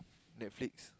Netflix